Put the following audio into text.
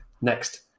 next